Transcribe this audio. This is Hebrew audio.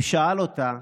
הוא שאל אותה: